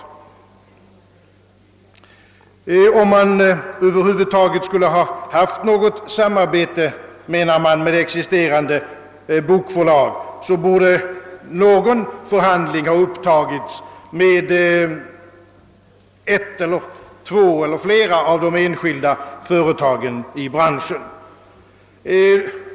Man menar att om det över huvud taget skulle ha etablerats något samarbete med existerande bokförlag, så skulle förhandlingar därom ha upptagits med ett eller flera enskilda företag i branschen.